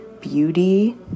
beauty